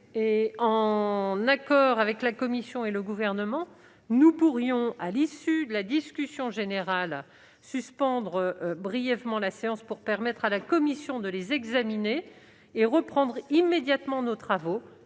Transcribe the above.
En accord avec la commission des lois et le Gouvernement, nous pourrions, à l'issue de la discussion générale, suspendre brièvement la séance pour permettre à la commission de les examiner et reprendre immédiatement nos travaux,